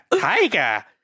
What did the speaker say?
tiger